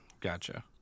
Gotcha